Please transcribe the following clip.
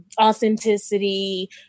authenticity